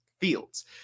Fields